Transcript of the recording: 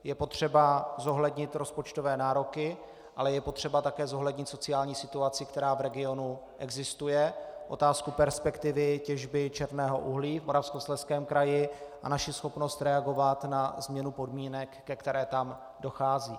Je potřeba zohlednit rozpočtové nároky, ale je potřeba také zohlednit sociální situaci, která v regionu existuje, otázku perspektivy těžby černého uhlí v Moravskoslezském kraji a naši schopnost reagovat na změnu podmínek, ke které tam dochází.